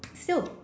still